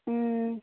ଉଁ